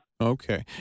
Okay